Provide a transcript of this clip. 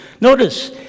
Notice